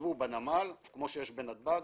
שיוצבו בנמל, כמו שיש בנתב"ג